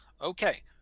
Okay